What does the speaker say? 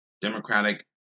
Democratic